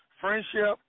friendship